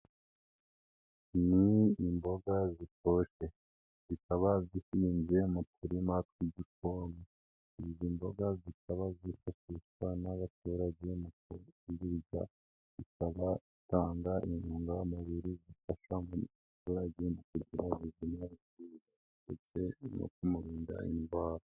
Ni imboga zitoshye. Zikaba zihinze mu turima tw'igikoni. Izi mboga zikaba zifashishwa n'abaturage mu ku zirya, zikaba zitanga intungamubiri zifasha umuturage mu kugira ubuzima bwiza ndetse no kumurinda indwara.